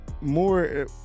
more